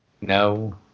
No